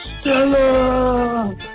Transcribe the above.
Stella